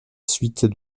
suite